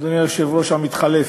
אדוני היושב-ראש המתחלף,